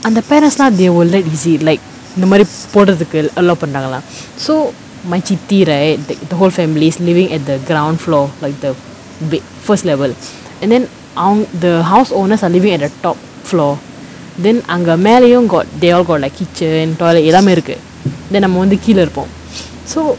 அந்த:antha parents lah they all ladies see like இந்தமாரி போடுறதுக்கு:inthamaari podurathukku allow பண்றாங்களா:pandraangalaa so my chithi right the the whole families living at the ground floor like the big first level and then on the house owners are living at the top floor then அங்க மேலயும்:anga melayum got they all got like kitchen toilet எல்லாமே இருக்கு:ellamae irukku then நம்ம வந்து கீழ இருப்போ:namma vanthu keela iruppo so